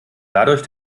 dadurch